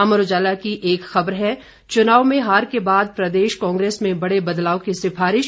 अमर उजाला की एक खबर है चुनाव में हार के बाद प्रदेश कांग्रेस में बड़े बदलाव की सिफारिश